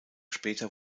später